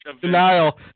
denial